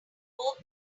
both